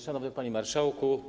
Szanowny Panie Marszałku!